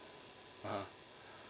(uh huh)